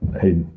hey